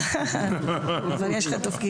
או איזשהו תפריט